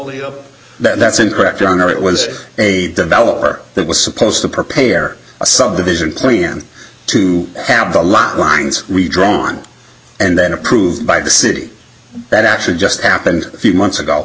was a developer that was supposed to prepare a subdivision plan to have the lot lines drawn and then approved by the city that actually just happened a few months ago